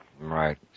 Right